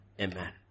amen